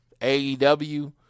AEW